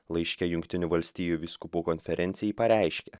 laiške jungtinių valstijų vyskupų konferencijai pareiškė